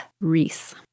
Reese